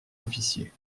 officier